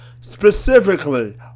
specifically